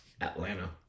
Atlanta